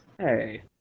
Hey